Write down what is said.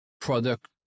product